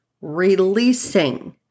Releasing